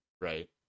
right